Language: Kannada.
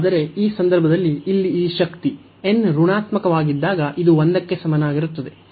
ಆದರೆ ಈ ಸಂದರ್ಭದಲ್ಲಿ ಇಲ್ಲಿ ಈ ಶಕ್ತಿ n ಋಣಾತ್ಮಕವಾಗಿದ್ದಾಗ ಇದು 1 ಕ್ಕೆ ಸಮನಾಗಿರುತ್ತದೆ